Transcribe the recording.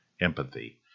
Empathy